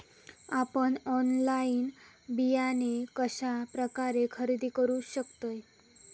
आपन ऑनलाइन बियाणे कश्या प्रकारे खरेदी करू शकतय?